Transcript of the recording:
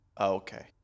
Okay